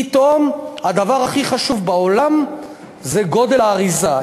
פתאום הדבר הכי חשוב בעולם זה גודל האריזה.